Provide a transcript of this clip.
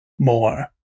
more